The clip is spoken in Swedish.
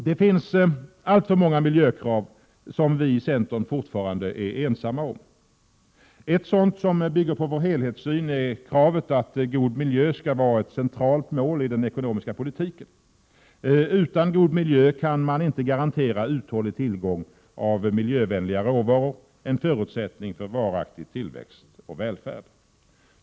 Det finns alltför många miljökrav som vi i centern fortfarande är ensamma om. Ett sådant, som bygger på vår helhetssyn, är kravet att god miljö skall vara ett centralt mål i den ekonomiska politiken. Utan god miljö kan man inte garantera uthållig tillgång på miljövänliga råvaror — en förutsättning för varaktig tillväxt och välfärd.